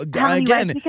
again